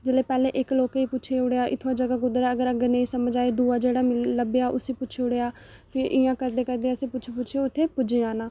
जेल्लै पैहलें इक लोकें गी पुच्छी ओड़ेआ इत्थुआं जगह कुद्धर ऐ अगर अग्गै नेईं समझ आए अग्गै जेहड़ा लब्भेआ उसी पुच्छी ओड़ेआ फ्ही इयां करदे करदे असें पुच्छी पुच्छी उत्थै पुज्जी जाना